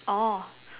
oh